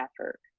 effort